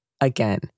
Again